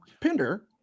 Pinder